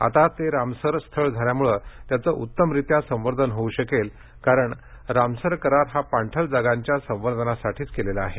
आता ते रामसर स्थळ झाल्यामुळे त्याचं उत्तमरित्या संवर्धन होऊ शकेल कारण रामसर करार हा पाणथळ जागांच्या संवर्धनासाठीच केलेला आहे